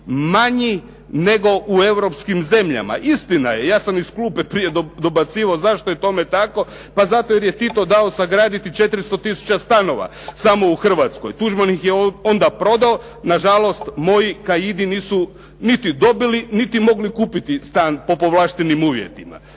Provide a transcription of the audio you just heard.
manji nego u europskim zemljama. Istina je, ja sam iz klupe prije dobacivao zašto je tome tako, pa zato jer je Tito dao sagraditi 400 tisuća stanova samo u Hrvatskoj. Tuđman ih je onda prodao, nažalost moji kaidi nisu niti dobili, niti mogli kupiti stan po povlaštenim uvjetima.